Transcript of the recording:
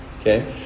Okay